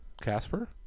Casper